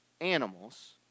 animals